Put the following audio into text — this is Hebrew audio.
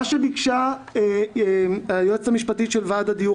מה שביקשה היועצת המשפטית של ועד הדיור